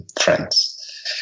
friends